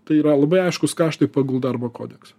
tai yra labai aiškūs kaštai pagal darbo kodeksą